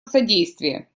содействие